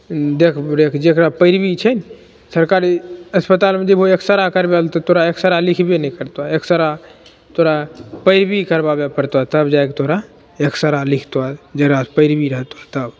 देखरेख जेकरा पैरबी छै ने सरकारी अस्पतालमे जेबहो एक्सरे करबै लै तऽ तोरा एक्सरे लिखबे ने करतो एक्सरे तोरा पैरबी करबाबै पड़तओ तब जाइके तोरा एक्सरे लिखतो जेकरा से पैरबी रहतो तब